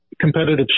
competitive